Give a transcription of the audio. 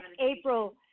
April